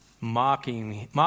mocking